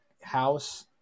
house